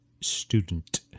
student